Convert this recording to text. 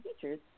features